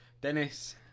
Dennis